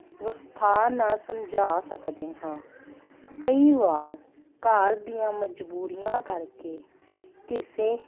ਵਿਸਥਾਰ ਨਾਲ ਸਮਝਾ ਸਕਦੇ ਹਾਂ ਕਈ ਵਾਰ ਘਰ ਦੀਆਂ ਮਜ਼ਬੂਰੀਆਂ ਕਰਕੇ ਕਿਸੇ